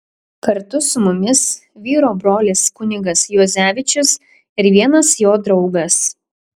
kartu su mumis vyro brolis kunigas juozevičius ir vienas jo draugas